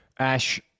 Ash